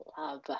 love